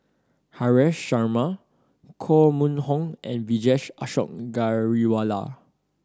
Haresh Sharma Koh Mun Hong and Vijesh Ashok Ghariwala